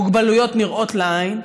מוגבלויות נראות לעין.